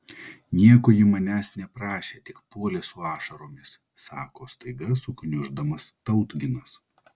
nieko ji manęs neprašė tik puolė su ašaromis sako staiga sugniuždamas tautginas